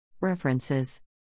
References